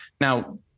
Now